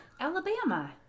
Alabama